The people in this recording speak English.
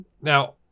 Now